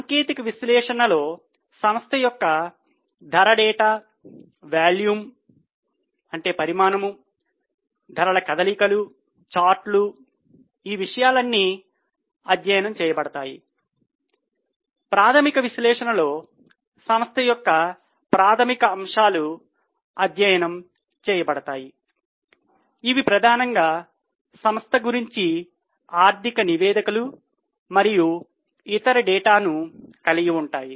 సాంకేతిక విశ్లేషణలో సంస్థ యొక్క ధర డేటా వాల్యూమ్ ధరల కదలికలు చార్టులు ఈ విషయాలన్నీ అధ్యయనం చేయబడతాయి ప్రాథమిక విశ్లేషణలో సంస్థ యొక్క ప్రాథమిక అంశాలు అధ్యయనం చేయబడతాయి ఇవి ప్రధానంగా సంస్థ గురించి ఆర్థిక నివేదికలు మరియు ఇతర డేటాను కలిగి ఉంటాయి